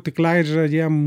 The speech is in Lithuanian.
tik leidžia jiem